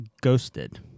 Ghosted